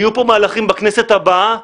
יהיו פה מהלכים בכנסת הבאה,